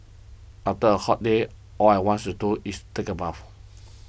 after a hot day all I wants to do is take a bath